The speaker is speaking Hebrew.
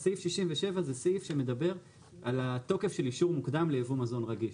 אז סעיף 67 זה סעיף שמדבר על התוקף של אישור מוקדם לייבוא מזון רגיש.